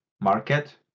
market